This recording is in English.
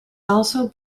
also